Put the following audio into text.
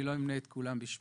אני לא אמנה את כולם בשמותיהם,